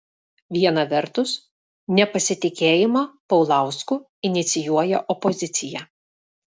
viena vertus nepasitikėjimą paulausku inicijuoja opozicija